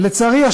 ולצערי,